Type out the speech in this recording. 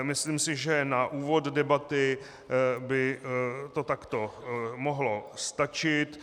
Myslím si, že na úvod debaty by to takto mohlo stačit.